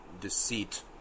deceit